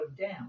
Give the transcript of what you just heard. down